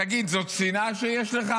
תגיד, זאת שנאה שיש לך?